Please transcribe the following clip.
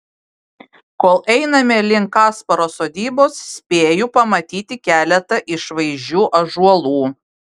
kol einame link kasparo sodybos spėju pamatyti keletą išvaizdžių ąžuolų